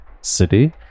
city